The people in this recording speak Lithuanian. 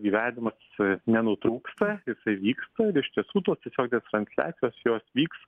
gyvenimas nenutrūksta jisai vyksta ir iš tiesų tos tiesioginės transliacijos jos vyks